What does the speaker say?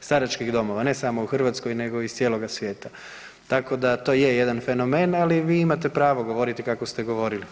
staračkih domova, ne samo u Hrvatskoj nego iz cijeloga svijeta, tako da to je jedan fenomen, ali vi imate pravo govoriti kako ste govorili.